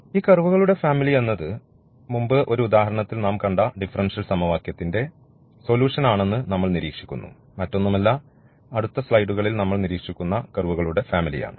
ഈ കർവുകളുടെ ഫാമിലി എന്നത് മുമ്പ് ഒരു ഉദാഹരണത്തിൽ നാം കണ്ട ഡിഫറൻഷ്യൽ സമവാക്യത്തിന്റെ സൊല്യൂഷൻ ആണെന്ന് നമ്മൾ നിരീക്ഷിക്കുന്നു മറ്റൊന്നുമല്ല അടുത്ത സ്ലൈഡുകളിൽ നമ്മൾ നിരീക്ഷിക്കുന്ന കർവുകളുടെ ഫാമിലിയാണ്